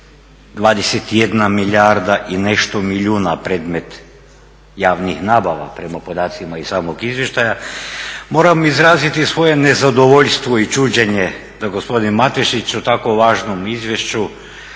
21 milijarda i nešto milijuna predmet javnih nabava prema podacima iz samog izvještaja moram izraziti svoje nezadovoljstvo i čuđenje da gospodin Metešić o tako važnom izvješću